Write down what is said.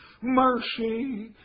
mercy